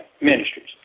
Ministries